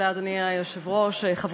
אדוני היושב-ראש, תודה, חברותי,